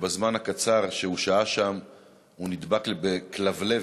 ובזמן הקצר שהוא שהה שם הוא נדבק בכלבלבת.